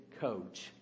coach